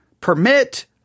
permit